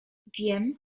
wiem